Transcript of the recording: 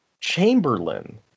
Chamberlain